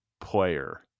player